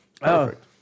Perfect